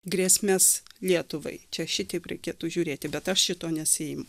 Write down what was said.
grėsmes lietuvai čia šitaip reikėtų žiūrėti bet aš šito nesiimu